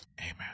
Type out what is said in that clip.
Amen